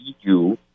EU